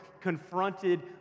confronted